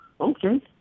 Okay